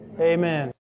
Amen